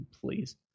Please